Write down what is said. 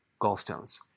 gallstones